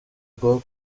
rwo